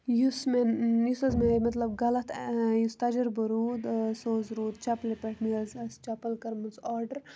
یُس مےٚ یُس حظ مےٚ مطلب غلط یُس تجرُبہٕ روٗد سُہ حظ روٗد چَپلہِ پٮ۪ٹھ مےٚ حظ ٲس چَپَل کٔرمٕژ آرڈَر